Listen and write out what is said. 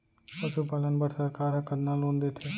पशुपालन बर सरकार ह कतना लोन देथे?